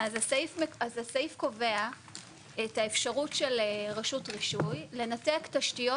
אז הסעיף קובע את האפשרות של רשות רישוי לנתק תשתיות.